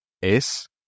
es